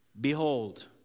Behold